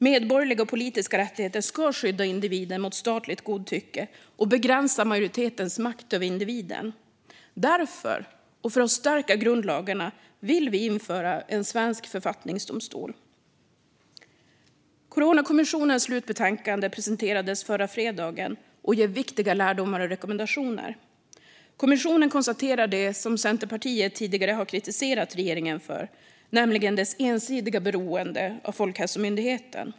Medborgerliga och politiska rättigheter ska skydda individen mot statligt godtycke och begränsa majoritetens makt över individen. Därför, och för att stärka grundlagarna, vill vi införa en svensk författningsdomstol. Coronakommissionens slutbetänkande presenterades förra fredagen och ger viktiga lärdomar och rekommendationer. Kommissionen konstaterar det som Centerpartiet tidigare har kritiserat regeringen för, nämligen dess ensidiga beroende av Folkhälsomyndigheten.